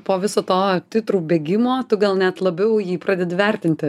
po viso to titrų bėgimo tu gal net labiau jį pradedi vertinti